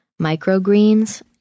microgreens